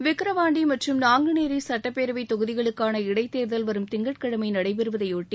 விக்கிரவாண்டி மற்றும் நாங்குநேரி சட்டப்பேரவை தொகுதிகளுக்கான இடைத்தேர்தல் வரும் திங்கட்கிழமை நடைபெறுவதையொட்டி